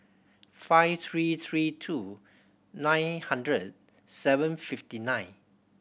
five three three two nine hundred seven fifty nine